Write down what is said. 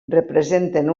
representen